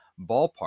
ballpark